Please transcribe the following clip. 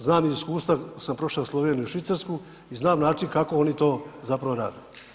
Znam iz iskustva jer sam prošao Sloveniju i Švicarsku i znam način kako oni to zapravo rade.